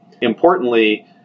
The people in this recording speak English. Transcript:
Importantly